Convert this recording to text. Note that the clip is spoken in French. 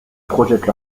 projettent